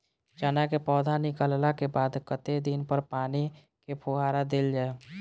चना केँ पौधा निकलला केँ बाद कत्ते दिन पर पानि केँ फुहार देल जाएँ?